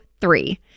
three